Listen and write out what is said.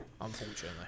Unfortunately